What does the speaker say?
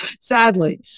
sadly